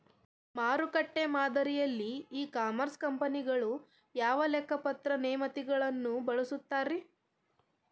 ಮಾರುಕಟ್ಟೆ ಮಾದರಿಯಲ್ಲಿ e commerce ಕಂಪನಿಗಳು ಯಾವ ಲೆಕ್ಕಪತ್ರ ನೇತಿಗಳನ್ನ ಬಳಸುತ್ತಾರಿ?